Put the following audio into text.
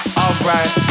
alright